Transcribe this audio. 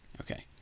Okay